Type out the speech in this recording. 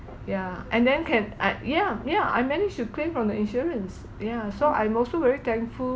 ya and then can I ya ya I managed to claim from the insurance yeah so I'm also very thankful